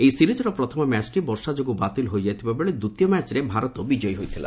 ଏହି ସିରିଜ୍ର ପ୍ରଥମ ମ୍ୟାଚ୍ଟି ବର୍ଷା ଯୋଗୁଁ ବାତିଲ ହୋଇଯାଇଥିବା ବେଳେ ଦ୍ୱିତୀୟ ମ୍ୟାଚ୍ରେ ଭାରତ ବିଜୟୀ ହୋଇଥିଲା